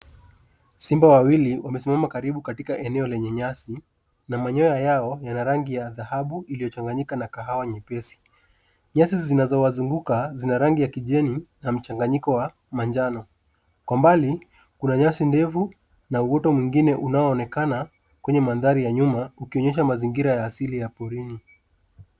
Simba wawili, wamesimama karibu katika eneo lenye nyasi, na manyonya yao, yana rangi ya dhahabu iliyochanganyika na kahawa nyepesi. Nyasi zinazowazunguka, zina rangi ya kijani, na mchanganyiko wa manjano. Kwa mbali, kuna nyasi ndefu, uoto mwingine unaoonekana, kwenye mandhari ya nyuma, ukionyesha mazingira ya asili ya porini.